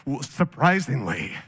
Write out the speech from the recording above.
surprisingly